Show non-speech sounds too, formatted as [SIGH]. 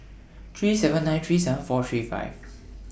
three seven nine three seven four three five [NOISE]